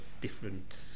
different